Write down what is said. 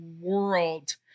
world